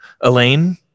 Elaine